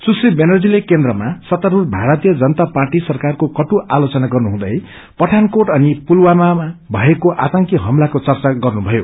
सुश्री व्यानर्जीले केन्द्रमा सत्तास्ढ भारतीय जनता पार्अी सरकारको कट्ट आलोचना गर्नहुँदै पठानकोट अनि पुलवामा मा भएको आतंकी हमलाको चर्चा गर्नु भयो